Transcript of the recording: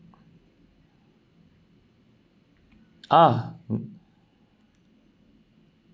ah